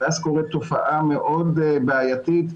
ואז קורית תופעה מאוד בעייתית,